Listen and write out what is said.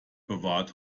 bewahrt